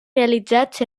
realitzats